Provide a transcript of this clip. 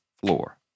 floor